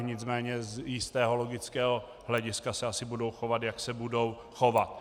Nicméně z jistého logického hlediska se asi budou chovat, jak se budou chovat.